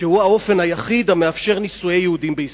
שהוא האופן היחיד שמאפשר נישואי יהודים בישראל.